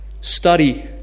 Study